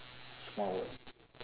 smart watch